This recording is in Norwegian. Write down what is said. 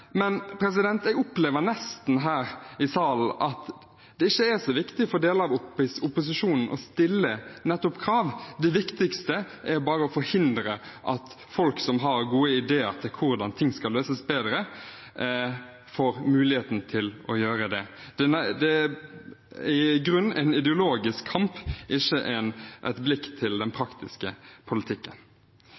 men jeg opplever nesten her i salen at det ikke er så viktig for deler av opposisjonen å stille krav, det viktigste er å forhindre at folk som har gode ideer til hvordan ting skal løses bedre, får muligheten til å gjøre det. Det er i grunnen en ideologisk kamp, ikke et blikk til den praktiske politikken.